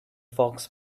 fox